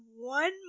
one